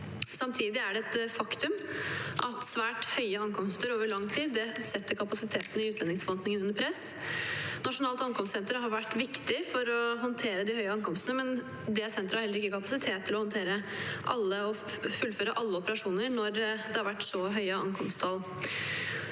Samtidig er det et faktum at svært høye ankomster over lang tid setter kapasiteten i utlendingsforvaltningen under press. Nasjonalt ankomstsenter har vært viktig for å håndtere de høye ankomstene, men det senteret har heller ikke kapasitet til å håndtere og fullføre alle operasjoner når det har vært så høye ankomsttall.